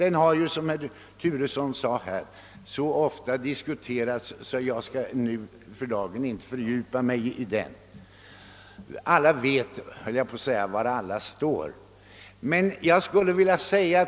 Denna har, som herr Turesson sade, så ofta diskuterats, att jag för dagen inte skall fördjupa mig i den. Alla vet var alla står.